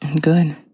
Good